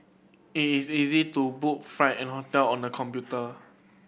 it is easy to book flight and hotel on the computer